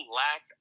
lack